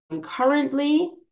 currently